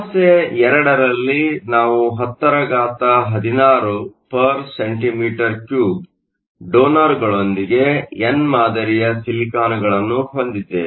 ಸಮಸ್ಯೆ 2 ರಲ್ಲಿ ನಾವು 1016 cm 3 ಡೋನರ್ಗಳೊಂದಿಗೆ ಎನ್ ಮಾದರಿಯ ಸಿಲಿಕಾನ್ಗಳನ್ನು ಹೊಂದಿದ್ದೇವೆ